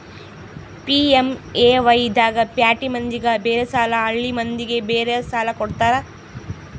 PMAY ದಾಗ ಪ್ಯಾಟಿ ಮಂದಿಗ ಬೇರೆ ಸಾಲ ಹಳ್ಳಿ ಮಂದಿಗೆ ಬೇರೆ ಸಾಲ ಕೊಡ್ತಾರ